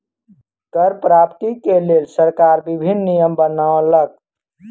कर प्राप्ति के लेल सरकार विभिन्न नियम बनौलक